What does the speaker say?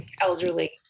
Elderly